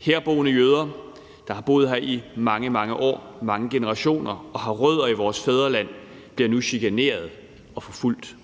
Herboende jøder, der har boet her i mange, mange år, i mange generationer, og har rødder i vores fædreland, bliver nu chikaneret og forfulgt.